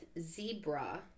Zebra